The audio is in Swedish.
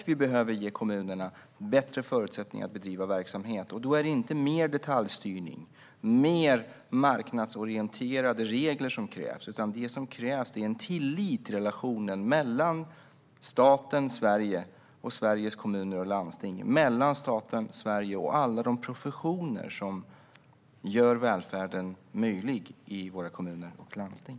Vi behöver också ge kommunerna bättre förutsättningar att bedriva verksamhet. Då är det inte mer detaljstyrning eller mer marknadsorienterade regler som krävs, utan det som krävs är tillit i relationen mellan staten Sverige och Sveriges kommuner och landsting. Det krävs tillit mellan staten Sverige och alla de professioner som gör välfärden möjlig i våra kommuner och landsting.